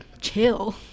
chill